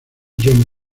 jean